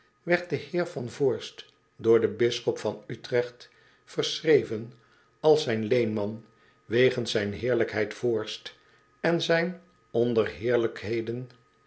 werd de heer van voorst door den bisschop van utrecht verschreven als zijn leenman wegens zijn heerlijkheid vo o r s t en zijn